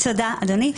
תודה אדוני.